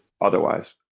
otherwise